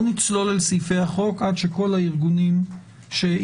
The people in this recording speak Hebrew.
לא נצלול אל סעיפי החוק עד שכל הארגונים שהגישו